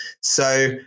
So-